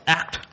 act